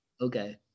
Okay